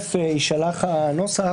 תיכף יישלח הנוסח.